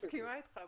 אני מסכימה אתך.